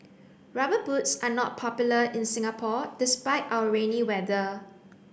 rubber boots are not popular in Singapore despite our rainy weather